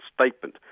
statement